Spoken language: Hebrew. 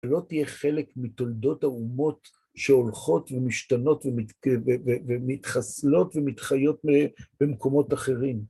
לא תהיה חלק מתולדות האומות שהולכות ומשתנות ומתחסלות ומתחיות במקומות אחרים.